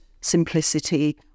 simplicity